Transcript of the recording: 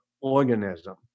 organism